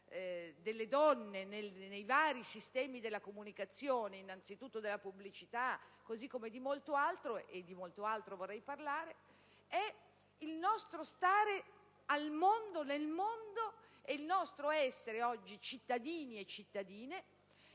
della donna nei vari sistemi della comunicazione, innanzitutto della pubblicità così come molto altro - e di molto altro vorrei parlare - è il nostro stare al mondo, nel mondo, e il nostro essere oggi cittadini e cittadine,